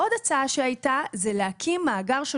עוד הצעה שהייתה זה להקים מאגר של